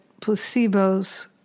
placebos